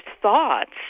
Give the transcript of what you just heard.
thoughts